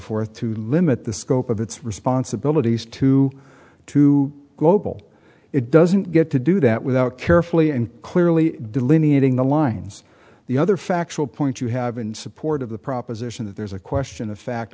forth to limit the scope of its responsibilities to to global it doesn't get to do that without carefully and clearly delineating the lines the other factual point you have in support of the proposition that there's a question of fact